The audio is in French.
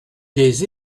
des